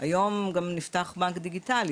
היום גם נפתח בנק דיגיטלי.